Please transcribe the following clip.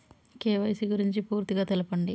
KYC గురించి పూర్తిగా తెలపండి?